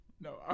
No